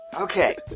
Okay